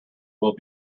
will